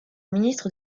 ministre